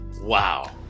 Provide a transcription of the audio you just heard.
Wow